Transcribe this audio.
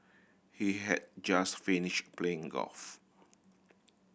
he had just finished playing golf